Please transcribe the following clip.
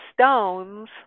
stones